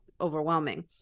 overwhelming